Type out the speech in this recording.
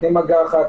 נותנים מגע אחד,